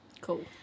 Cool